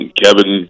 kevin